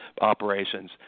operations